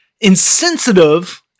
insensitive